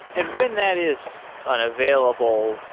and when that is unavailable,